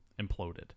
imploded